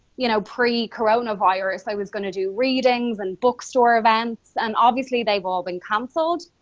you know pre-coronavirus. i was gonna do readings and bookstore events, and obviously they've all been canceled.